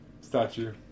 statue